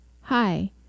Hi